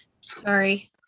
Sorry